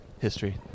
history